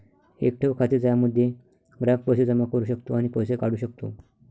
एक ठेव खाते ज्यामध्ये ग्राहक पैसे जमा करू शकतो आणि पैसे काढू शकतो